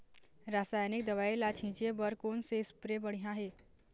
रासायनिक दवई ला छिचे बर कोन से स्प्रे बढ़िया हे?